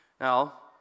Now